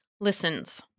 Listens